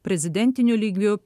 prezidentiniu lygiu